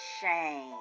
shame